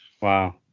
Wow